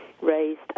raised